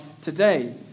today